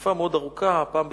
תקופה מאוד ארוכה, פעם בשבוע,